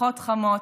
ברכות חמות.